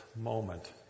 moment